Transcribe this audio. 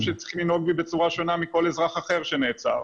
שצריכים לנהוג בי בצורה שונה מכל אזרח אחר שנעצר,